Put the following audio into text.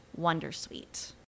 Wondersuite